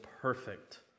perfect